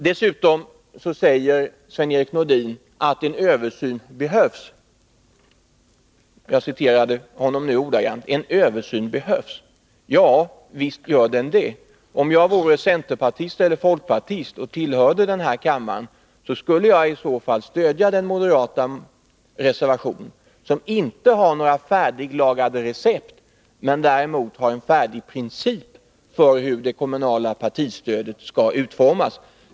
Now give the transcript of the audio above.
Dessutom säger Sven-Erik Nordin att en översyn behövs; jag citerar honom nu ordagrant. Ja, visst gör den det. Om jag vore centerpartist eller folkpartist och tillhörde den här kammaren, skulle jag i så fall stödja den moderata reservationen, som inte har några färdiglagade recept men däremot har en färdig princip för hur det kommunala partistödet skall utformas.